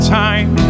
time